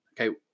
Okay